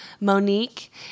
monique